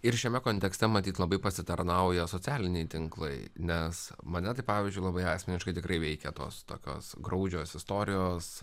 ir šiame kontekste matyt labai pasitarnauja socialiniai tinklai nes mane tai pavyzdžiui labai asmeniškai tikrai veikia tos tokios graudžios istorijos